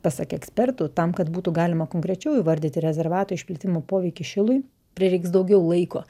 pasak ekspertų tam kad būtų galima konkrečiau įvardyti rezervato išplėtimo poveikį šilui prireiks daugiau laiko